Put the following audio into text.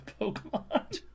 Pokemon